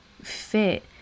fit